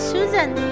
Susan